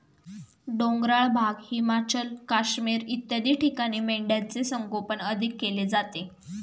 डोंगराळ भाग, हिमाचल, काश्मीर इत्यादी ठिकाणी मेंढ्यांचे संगोपन अधिक केले जाते